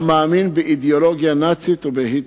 המאמין באידיאולוגיה נאצית ובהיטלר,